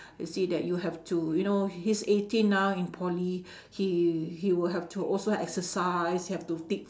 you see that you have to you know he's eighteen now in poly he he will have to also exercise have to ti~